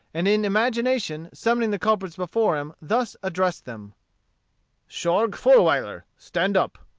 and in imagination summoning the culprits before him, thus addressed them shorge fulwiler, stand up.